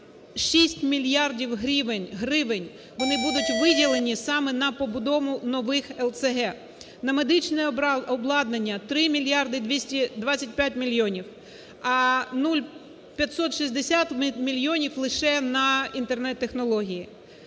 6 мільярдів гривень. Вони будуть виділені саме на побудову нових ЛЦГ. На медичне обладнання - 3 мільярди 225 мільйонів. А нуль… 560 мільйонів лише на Інтернет технології.